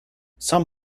some